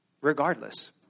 regardless